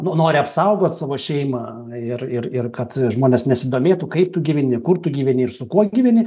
nu nori apsaugot savo šeimą ir ir ir kad žmonės nesidomėtų kaip tu gyveni kur tu gyveni ir su kuo gyveni